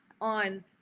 on